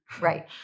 right